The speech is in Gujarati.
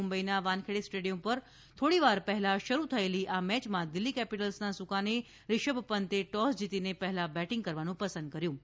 મુંબઈનાં વાનખેડે સ્ટેડીયમ પર થોડી વાર પહેલાં શરૂ થયેલી આ મેયમાં દિલ્હી કેપિટલ્સનાં સુકાની ઋષભ પંત એ ટોસ જીતીને પહેલાં બેંટીગ કરવાનું પસંદ કર્યું હતું